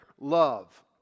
Love